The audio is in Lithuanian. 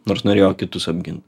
nors norėjo kitus apgin